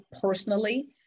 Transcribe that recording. personally